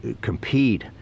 compete